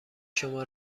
شما